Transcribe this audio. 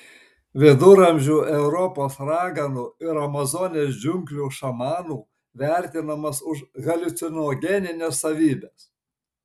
viduramžių europos raganų ir amazonės džiunglių šamanų vertinamas už haliucinogenines savybes